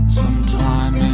sometime